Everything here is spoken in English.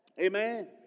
Amen